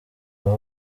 aho